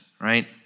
Right